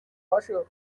پاشو